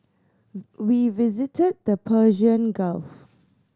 we visited the Persian Gulf